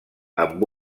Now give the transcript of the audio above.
amb